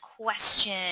question